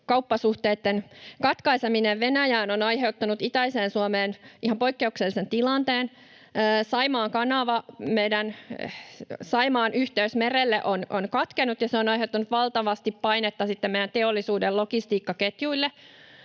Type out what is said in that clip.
kauppasuhteitten katkaiseminen Venäjään ovat aiheuttaneet itäiseen Suomeen ihan poikkeuksellisen tilanteen. Saimaan kanava tai meidän Saimaan yhteys merelle on katkennut, ja se on aiheuttanut valtavasti painetta meidän teollisuuden logistiikkaketjuille.